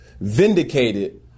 vindicated